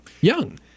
young